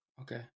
Okay